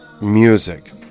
music